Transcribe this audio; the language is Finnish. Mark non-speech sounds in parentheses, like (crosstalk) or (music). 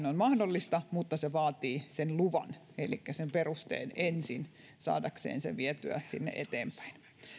(unintelligible) on mahdollista mutta se vaatii sen luvan elikkä sen perusteen ensin jotta sen saa vietyä sinne eteenpäin